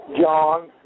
John